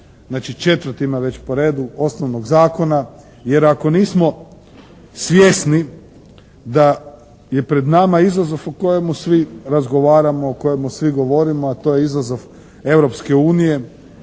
znači četvrtima već po redu osnovnog zakona jer ako nismo svjesni da je pred nama izazov o kojemu svi razgovaramo, o kojemu svi govorimo, a to je izazov Europske unije,